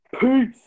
Peace